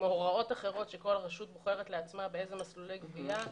עם הוראות אחרות שכל רשות בוחרת לעצמה באיזה מסלולי גבייה,